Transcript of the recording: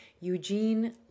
Eugene